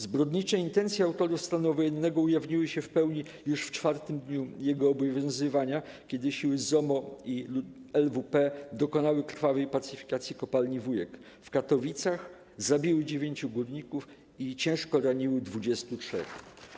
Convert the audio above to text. Zbrodnicze intencje autorów stanu wojennego ujawniły się w pełni już w czwartym dniu jego obowiązywania, kiedy siły ZOMO i LWP dokonały krwawej pacyfikacji Kopalni 'Wujek' w Katowicach, zabiły dziewięciu górników i ciężko raniły dwudziestu trzech.